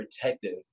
protective